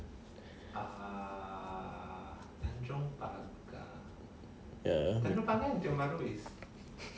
ya